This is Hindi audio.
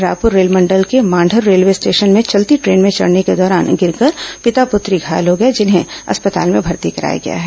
रायपुर रेलमंडल के मांढर रेलवे स्टेशन में चलती ट्रेन में चढ़ने के दौरान गिरकर पिता पुत्री घायल हो गए जिन्हें अस्पताल में भर्ती कराया गया है